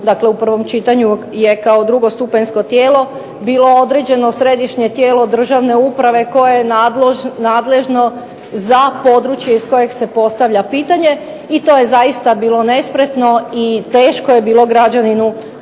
Dakle u prvom čitanju je kao drugostupanjsko tijelo bilo određeno središnje tijelo državne uprave koje je nadležno za područje iz kojeg se postavlja pitanje, i to je zaista bilo nespretno i teško je bilo građaninu